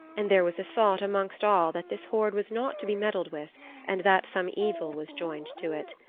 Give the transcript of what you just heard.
and there was a thought amongst all that this hoard was not to be meddled with and that some evil was joined to it.